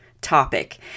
topic